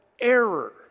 error